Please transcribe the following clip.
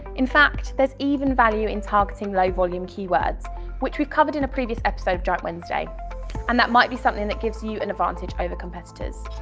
in fact, there's even value in targeting low volume keywords which we've covered in a previous episode of giant wednesday and that might be something that gives you an advantage over competitors.